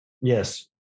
yes